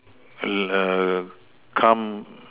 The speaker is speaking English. err come